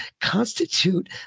constitute